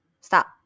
stop